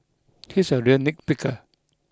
he is a real nitpicker